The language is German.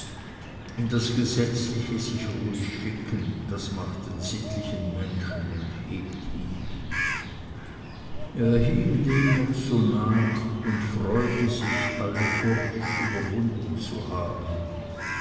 in das gesetzliche sich ruhig schicken das macht den sittlichen menschen und hebt ihn er hing dem noch so nach und freute sich alle furcht überwunden zu haben